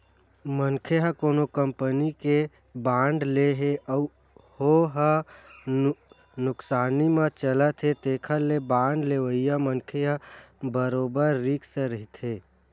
मनखे ह कोनो कंपनी के बांड ले हे अउ हो ह नुकसानी म चलत हे तेखर ले बांड लेवइया मनखे ह बरोबर रिस्क रहिथे